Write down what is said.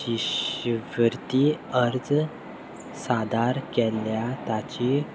शिश्यवृती अर्ज सादर केल्ल्या ताची